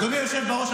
אדוני היושב בראש,